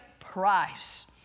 price